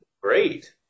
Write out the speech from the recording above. Great